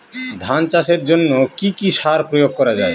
ধান চাষের জন্য কি কি সার প্রয়োগ করা য়ায়?